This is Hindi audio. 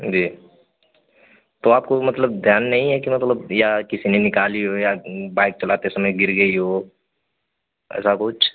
जी तो आपको मतलब ध्यान नहीं है कि मतलब या किसी ने निकाली हो या बाइक चलाते समय गिर गई हो ऐसा कुछ